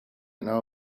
know